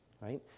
right